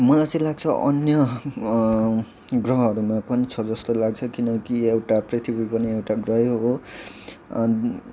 मलाई चाहिँ लाग्छ अन्य ग्रहहरूमा पनि छ जस्तो लाग्छ किन कि एउटा पृथ्वी पनि एउटा ग्रहै हो अन्